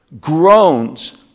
Groans